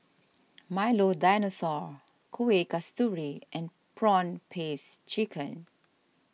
Milo Dinosaur Kueh Kasturi and Prawn Paste Chicken